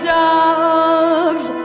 dogs